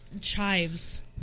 chives